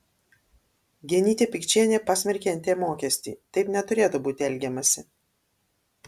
genytė pikčienė pasmerkė nt mokestį taip neturėtų būti elgiamasi